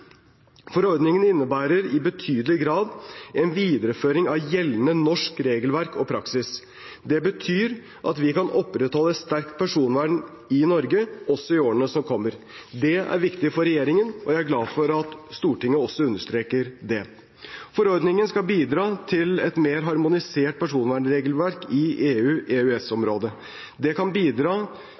Forordningen innebærer i betydelig grad en videreføring av gjeldende norsk regelverk og praksis. Det betyr at vi kan opprettholde et sterkt personvern i Norge også i årene som kommer. Det er viktig for regjeringen, og jeg er glad for at Stortinget også understreker det. Forordningen skal bidra til et mer harmonisert personvernregelverk i EU/EØS-området. Den kan